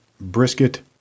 brisket